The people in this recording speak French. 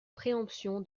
préemption